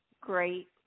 great